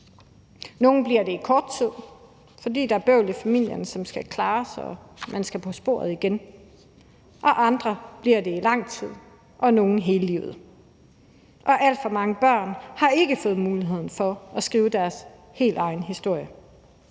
Nogle bliver det i kort tid, fordi der er bøvl i familien, som skal klares, og hvor man skal tilbage på sporet igen, og andre bliver det i lang tid, og nogle hele livet. Alt for mange børn har ikke fået muligheden for at skrive deres helt egen historie,